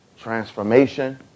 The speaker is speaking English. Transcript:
transformation